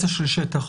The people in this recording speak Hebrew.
זה פונקציה של שטח.